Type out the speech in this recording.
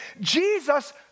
Jesus